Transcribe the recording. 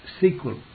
sequel